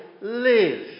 live